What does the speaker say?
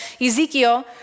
Ezekiel